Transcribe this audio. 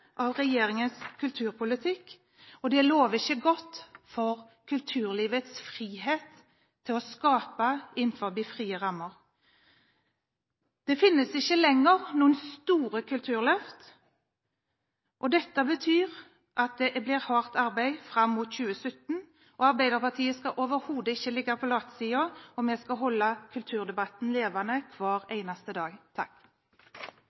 av regjeringens kulturpolitikk, og det lover ikke godt for kulturlivets frihet til å skape innenfor frie rammer. Det finnes ikke lenger noen store kulturløft. Dette betyr at det blir hardt arbeid fram mot 2017. Arbeiderpartiet skal overhodet ikke ligge på latsiden. Vi skal holde kulturdebatten levende hver